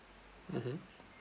mmhmm